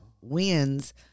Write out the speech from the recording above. wins